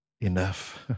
enough